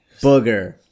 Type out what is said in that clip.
Booger